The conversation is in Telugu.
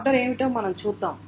ఆర్డర్ ఏమిటో మనం చూద్దాం